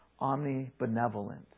omnibenevolent